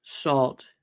salt